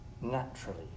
naturally